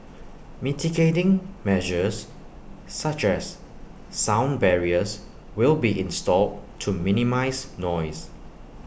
mitigating measures such as sound barriers will be installed to minimise noise